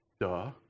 Duh